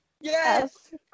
Yes